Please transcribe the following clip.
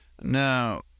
Now